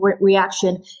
reaction